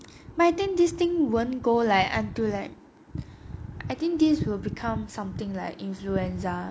my think this thing won't go like until like I think this will become something like influenza